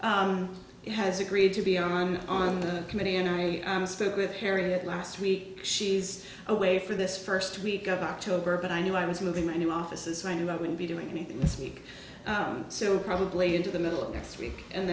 culture has agreed to be i'm on the committee and i spoke with harriet last week she's away for this first week of october but i knew i was moving my new offices so i knew i wouldn't be doing anything this week so probably into the middle of next week and